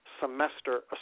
semester